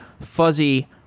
fuzzy